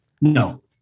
No